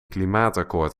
klimaatakkoord